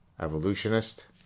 evolutionist